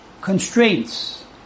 constraints